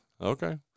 okay